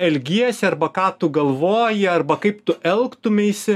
elgiesi arba ką tu galvoji arba kaip tu elgtumeisi